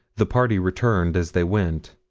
the party returned as they went.